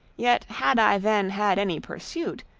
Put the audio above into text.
yet had i then had any pursuit,